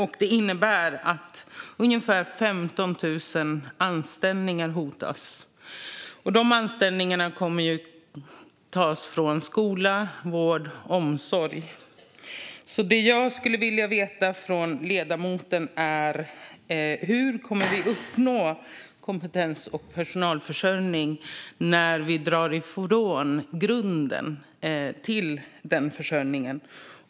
Och det innebär att ungefär 15 000 anställningar hotas. De anställningarna kommer att tas från skola, vård och omsorg. Det jag skulle vilja veta från ledamoten är alltså: Hur kommer vi att kunna uppnå kompetens och personalförsörjning när vi drar undan grunden till den försörjningen?